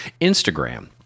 Instagram